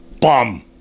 Bum